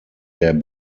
der